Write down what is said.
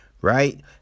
right